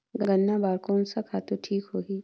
गन्ना बार कोन सा खातु ठीक होही?